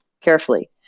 carefully